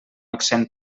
accent